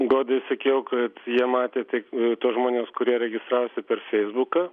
godai sakiau kad jie matė tik tuos žmones kurie registravosi per feisbuką